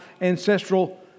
ancestral